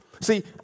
See